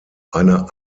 einer